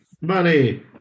money